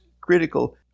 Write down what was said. critical